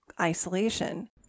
isolation